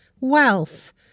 wealth